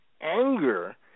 anger